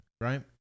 right